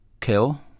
kill